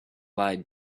lied